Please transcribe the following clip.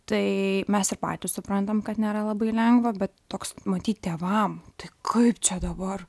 tai mes ir patys suprantam kad nėra labai lengva bet toks matyt tėvam tai kaip čia dabar